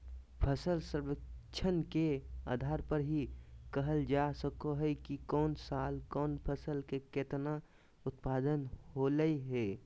फसल सर्वेक्षण के आधार पर ही कहल जा सको हय कि कौन साल कौन फसल के केतना उत्पादन होलय हें